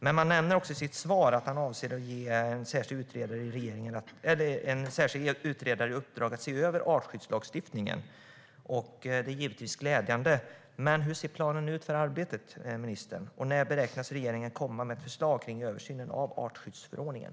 Men han nämner också i sitt svar att han avser att ge en särskild utredare i uppdrag att se över artskyddslagstiftningen. Det är givetvis glädjande. Men hur ser planen ut för arbetet, ministern, och när beräknas regeringen komma med ett förslag kring översynen av artskyddsförordningen?